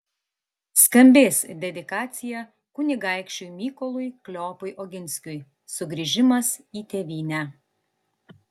skambės dedikacija kunigaikščiui mykolui kleopui oginskiui sugrįžimas į tėvynę